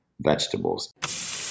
vegetables